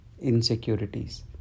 insecurities